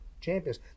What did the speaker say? champions